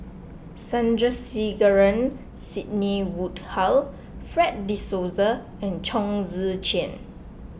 Sandrasegaran Sidney Woodhull Fred De Souza and Chong Tze Chien